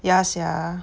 ya sia